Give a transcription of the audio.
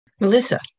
Melissa